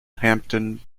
hampton